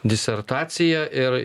disertaciją ir